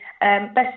best